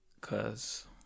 Cause